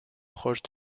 proche